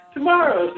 Tomorrow